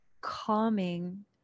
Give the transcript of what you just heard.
calming